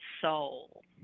soul